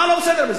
מה לא בסדר בזה?